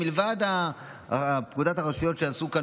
מלבד פקודת הרשויות שעשו כאן